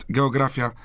Geografia